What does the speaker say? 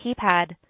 keypad